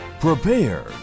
Prepare